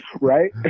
right